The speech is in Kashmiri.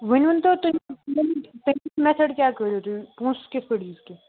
وۄنۍ ؤنۍتو تُہۍ مےٚ مٮ۪تھٲڈ کیٛاہ کٔرِو تُہۍ پونٛسہٕ کِتھ پٲٹھۍ دِیِو تُہۍ